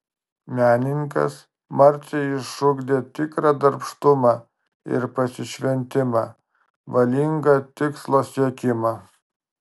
menininkas marcei išugdė tikrą darbštumą ir pasišventimą valingą tikslo siekimą